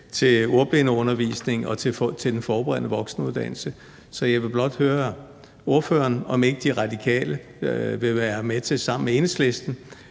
til ordblindeundervisning eller til den forberedende voksenuddannelse. Så jeg vil blot høre ordføreren, om ikke De Radikale vil være med til sammen med Enhedslisten